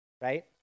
right